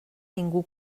ningú